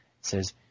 says